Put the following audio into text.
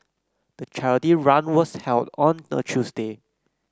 the charity run was held on a Tuesday